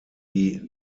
die